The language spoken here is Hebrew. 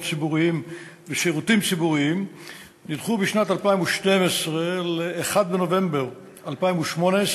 ציבוריים ושירותים ציבוריים נדחו בשנת 2012 ל-1 בנובמבר 2018,